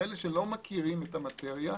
כאלה שלא מכירים את המטריה,